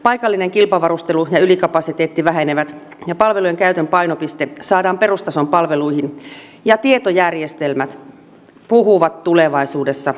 paikallinen kilpavarustelu ja ylikapasiteetti vähenevät palvelujen käytön painopiste saadaan perustason palveluihin ja tietojärjestelmät puhuvat tulevaisuudessa keskenään